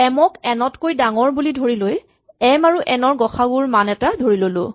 M ক N তকৈ ডাঙৰ বুলি ধৰি লৈ এম আৰু এন ৰ গ সা উ ৰ মান এটা ধৰি ল'লো